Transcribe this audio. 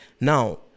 now